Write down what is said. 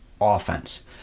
offense